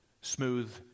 smooth